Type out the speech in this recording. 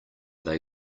they